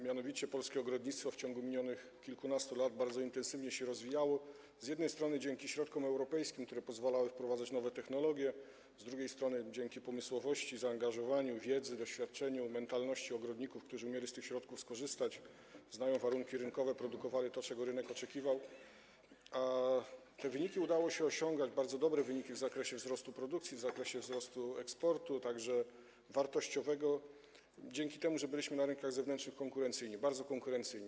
Mianowicie polskie ogrodnictwo w ciągu minionych kilkunastu lat bardzo intensywnie się rozwijało - z jednej strony dzięki środkom europejskim, które pozwalały wprowadzać nowe technologie, z drugiej strony dzięki pomysłowości, zaangażowaniu, wiedzy i doświadczeniu oraz mentalności ogrodników, którzy umieli z tych środków korzystać, znają warunki rynkowe, produkowali to, czego rynek oczekiwał, i te wyniki udawało się osiągać, bardzo dobre wyniki w zakresie wzrostu produkcji, w zakresie wzrostu eksportu, wartościowego także dzięki temu, że byliśmy na rynkach zewnętrznych konkurencyjni, bardzo konkurencyjni.